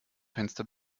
fenster